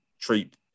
treat